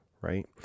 right